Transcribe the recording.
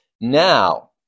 now